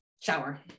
shower